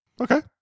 Okay